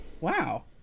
wow